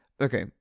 okay